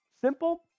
simple